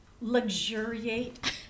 luxuriate